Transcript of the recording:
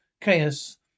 Chaos